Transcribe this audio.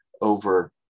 over